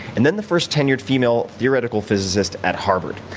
and then the first tenured female theoretical physicist at harvard.